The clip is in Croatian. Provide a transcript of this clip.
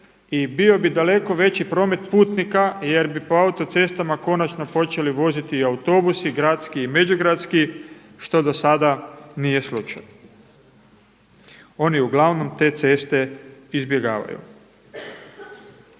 i bio bi daleko veći promet putnika jer bi po autocestama konačno počeli voziti autobusi gradski i međugradski što dosada nije slučaj. Oni uglavnom te ceste izbjegavaju.